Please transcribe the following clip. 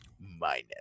minus